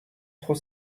trop